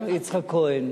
יצחק כהן.